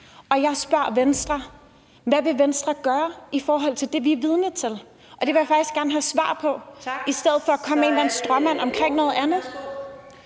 og jeg spørger Venstre: Hvad vil Venstre gøre i forhold til det, vi er vidne til? Og det vil jeg faktisk gerne have svar på, i stedet for at man kommer med en eller anden stråmand om noget andet.